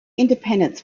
independents